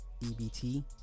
ebt